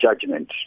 judgment